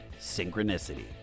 Synchronicity